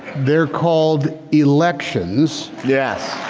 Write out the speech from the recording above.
they're called elections. yeah